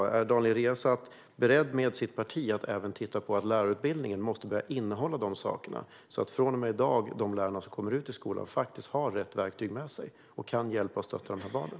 Är Daniel Riazat beredd att med sitt parti även titta på att lärarutbildningen måste börja innehålla de sakerna så att de lärare som kommer ut i skolorna från och med i dag faktiskt har rätt verktyg med sig och kan hjälpa och stötta de här barnen?